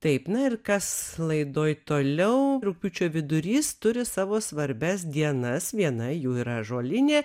taip na ir kas laidoj toliau rugpjūčio vidurys turi savo svarbias dienas viena jų yra žolinė